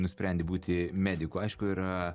nusprendi būti mediku aišku yra